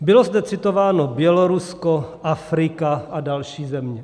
Bylo zde citováno Bělorusko, Afrika a další země.